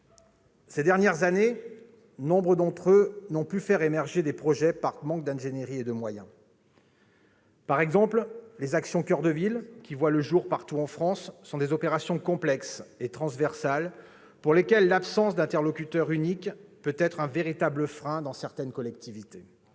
Ces dernières années, nombre d'entre eux n'ont pu faire émerger des projets par manque d'ingénierie et de moyens. Par exemple, les projets du dispositif Action coeur de ville, qui voient le jour partout en France, sont des opérations complexes et transversales pour lesquelles l'absence d'interlocuteur unique peut être un véritable frein dans certaines collectivités.